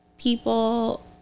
people